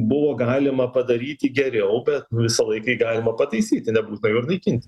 buvo galima padaryti geriau be visąlaik jį galima pataisyti nebūtina jo naikinti